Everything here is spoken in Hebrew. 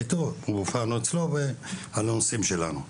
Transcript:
הופענו אצלו על הנושאים שלנו.